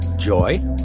Joy